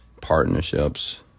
partnerships